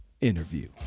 interview